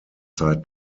zeit